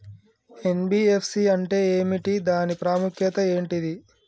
NBFC అంటే ఏమిటి దాని ప్రాముఖ్యత ఏంటిది?